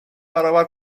برابر